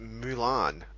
Mulan